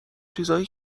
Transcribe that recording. چیزای